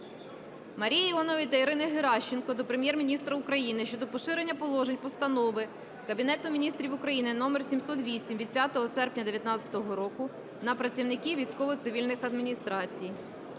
Марії Іонової та Ірини Геращенко до Прем'єр-міністра України щодо поширення положень Постанови Кабінету Міністрів України № 708 від 5 серпня 2019 року на працівників військово-цивільних адміністрацій.